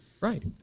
Right